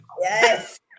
Yes